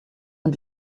und